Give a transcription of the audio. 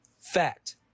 Fact